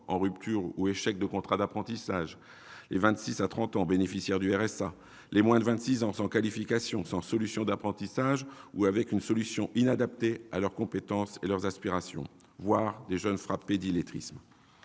ou d'échec dans celui-ci, les 26 à 30 ans bénéficiaires du RSA, les moins de 26 ans sans qualification, sans solution d'apprentissage ou avec une solution inadaptée à leurs compétences et leurs aspirations, voire les jeunes frappés d'illettrisme.